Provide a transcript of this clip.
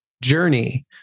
journey